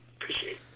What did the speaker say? appreciate